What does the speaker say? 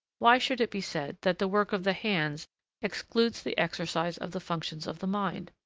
why should it be said that the work of the hands excludes the exercise of the functions of the mind?